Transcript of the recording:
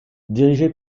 dirigés